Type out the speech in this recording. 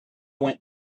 went